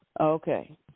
Okay